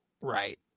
Right